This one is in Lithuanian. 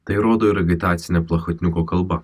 tai rodo ir agitacinė plachotniuko kalba